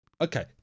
Okay